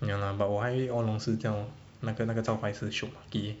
ya lah but 我还 all along 是这样 lor 那个那个招牌是 shiok maki